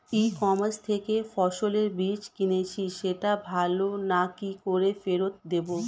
ই commerce থেকে ফসলের বীজ কিনেছি সেটা ভালো না কি করে ফেরত দেব?